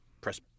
press